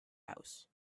house